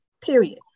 period